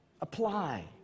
apply